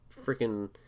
freaking